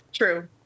True